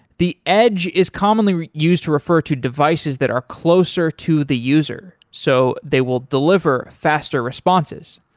the edge is commonly used to refer to devices that are closer to the user so they will deliver faster responses.